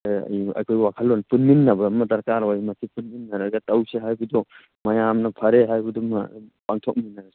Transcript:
ꯑꯩꯈꯣꯏ ꯋꯥꯈꯜꯂꯣꯜ ꯑꯃ ꯄꯨꯟꯃꯤꯟꯅꯕ ꯑꯃ ꯗꯔꯀꯥꯔ ꯑꯣꯏ ꯃꯁꯤ ꯄꯨꯟꯃꯤꯟꯅꯔꯒ ꯇꯧꯁꯦ ꯍꯥꯏꯕꯗꯣ ꯃꯌꯥꯝꯅ ꯐꯔꯦ ꯍꯥꯏꯕꯗꯨꯃꯥ ꯄꯥꯡꯊꯣꯛꯃꯤꯟꯅꯔꯁꯤ